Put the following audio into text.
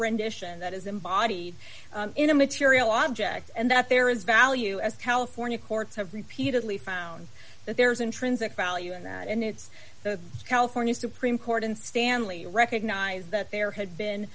rendition that is embodied in a material object and that there is value as california courts have repeatedly found that there's intrinsic value in that and it's the california supreme court and stanley recognized that there had been